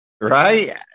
Right